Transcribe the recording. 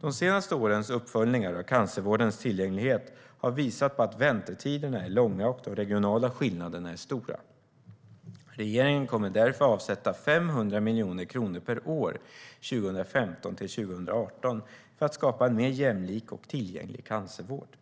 De senaste årens uppföljningar av cancervårdens tillgänglighet har visat på att väntetiderna är långa och att de regionala skillnaderna är stora. Regeringen kommer därför att avsätta 500 miljoner kronor per år 2015-2018 för att skapa en mer jämlik och tillgänglig cancervård.